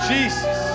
Jesus